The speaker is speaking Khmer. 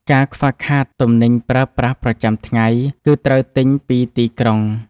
ការខ្វះខាតទំនិញប្រើប្រាស់ប្រចាំថ្ងៃ គឺត្រូវទិញពីទីក្រុង។